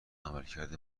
عملکرد